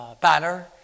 banner